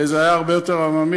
זה היה הרבה יותר עממי,